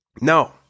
No